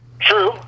True